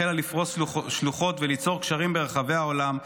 החלה לפרוס שלוחות וליצור קשרים ברחבי העולם,